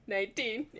Nineteen